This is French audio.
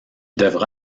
devra